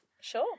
Sure